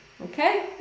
Okay